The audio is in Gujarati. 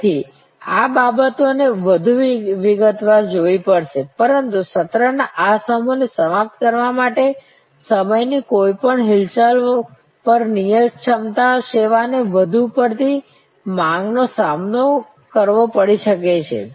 તેથી આ બાબતોને વધુ વિગતવાર જોવી પડશે પરંતુ સત્રના આ સમૂહને સમાપ્ત કરવા માટે સમયની કોઈપણ હિલચાલ પર નિયત ક્ષમતા સેવાને વધુ પડતી માંગનો સામનો કરવો પડી શકે છે